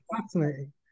fascinating